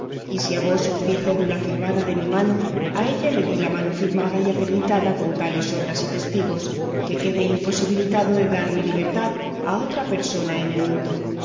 y si a vos os di cédula firmada de mi mano a ella le di la mano firmada y acreditada con tales obras y testigos que quedé imposibilitado de dar mi libertad a otra persona en el mundo